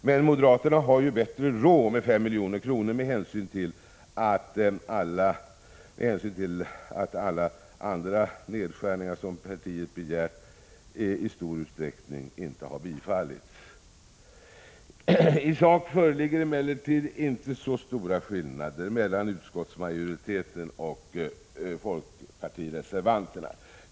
Men moderaterna har ju bättre råd och kan föreslå 5 milj.kr. med hänsyn till att andra nedskärningar som partiet begärt i stor utsträckning inte har bifallits. I sak föreligger det emellertid inte så stora skillnader mellan utskottsmajoriteten och folkpartireservanterna.